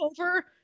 over